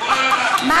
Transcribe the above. את